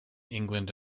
england